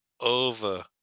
over